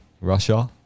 russia